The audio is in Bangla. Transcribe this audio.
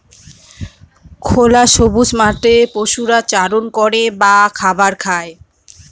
খোলা সবুজ মাঠে পশুরা চারণ করে বা খাবার খায়